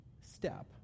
step